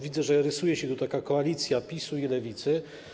Widzę, że rysuje się tu taka koalicja PiS-u i Lewicy.